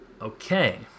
Okay